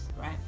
right